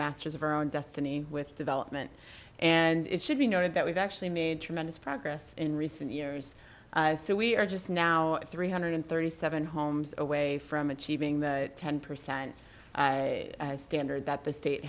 masters of our own destiny with development and it should be noted that we've actually made tremendous progress in recent years so we are just now three hundred thirty seven homes away from achieving the ten percent a standard that the state